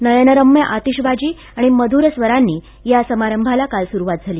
नयनरम्य आतिशबाजी आणि मधूर स्वरांनी या समारंभाला सुरुवात झाली